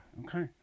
okay